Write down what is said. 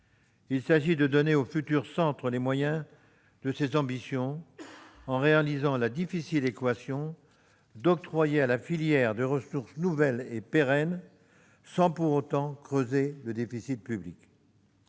Il s'agit de donner au futur centre les moyens de ses ambitions en résolvant une difficile équation : octroyer à la filière des ressources nouvelles et pérennes sans pour autant creuser le déficit public.